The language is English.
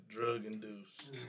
Drug-induced